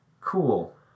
Cool